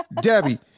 Debbie